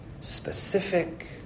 specific